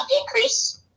increase